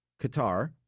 Qatar